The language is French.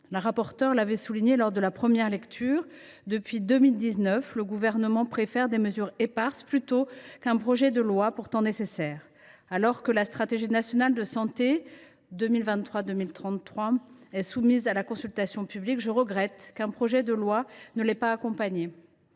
la rapporteure l’avait souligné lors de la première lecture : depuis 2019, le Gouvernement préfère prendre des mesures éparses, plutôt que de déposer un projet de loi, pourtant nécessaire. Alors que la stratégie nationale de santé 2023 2033 est soumise à la consultation publique, je regrette qu’un projet de loi ne l’ait pas accompagnée,